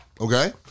okay